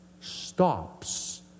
stops